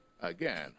Again